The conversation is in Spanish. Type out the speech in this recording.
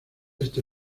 este